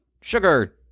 sugar